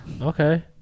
Okay